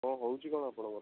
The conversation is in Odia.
କ'ଣ ହେଉଛି କ'ଣ ଆପଣଙ୍କର